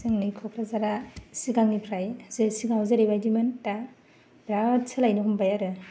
जोंनि कक्रझारा सिंगांनिफ्राय जे सिगाङाव जेरैबायदिमोन दा बिराट सोलायनो मोनबाय आरो